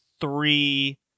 three